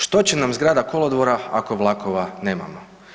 Što će nam zgrada kolodvora ako vlakova nemamo?